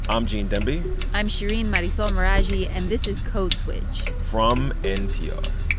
um gene demby i'm shereen marisol meraji. and this is code switch from npr